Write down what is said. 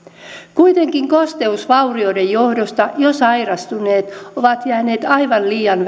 kuitenkin kosteusvaurioiden johdosta jo sairastuneet ovat jääneet aivan liian